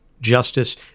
justice